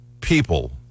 people